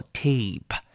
tape